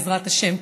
בעזרת השם.